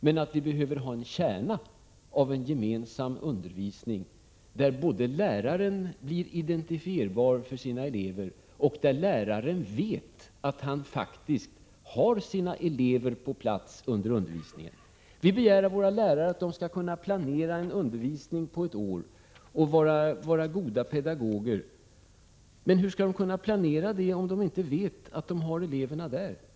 Men vi behöver ha en kärna av gemensam undervisning, där läraren dels blir identifierbar för sina elever, dels vet att han faktiskt har sina elever på plats under undervisningen. Vi begär av våra lärare att de skall kunna planera undervisningen på ett års sikt och vara goda pedagoger. Men hur skall de kunna planera, om de inte vet var de har eleverna?